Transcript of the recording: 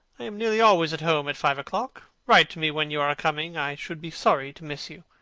i am nearly always at home at five o'clock. write to me when you are coming. i should be sorry to miss you.